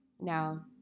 Now